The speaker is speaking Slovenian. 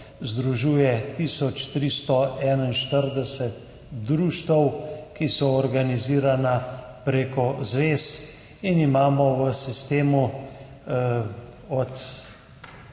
združuje tisoč 341 društev, ki so organizirana prek zvez, in imamo v sistemu od